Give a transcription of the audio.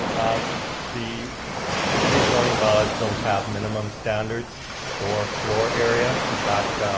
um the city zoning by-laws don't have minimum standards for floor area. in fact,